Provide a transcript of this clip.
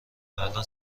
الان